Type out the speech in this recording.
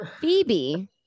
Phoebe